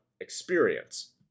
experience